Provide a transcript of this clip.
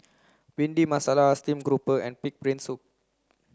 bhindi masala steamed grouper and pig's brain soup